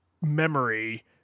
memory